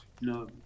No